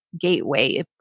Gateway